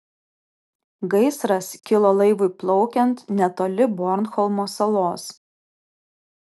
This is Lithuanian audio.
gaisras kilo laivui plaukiant netoli bornholmo salos